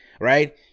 Right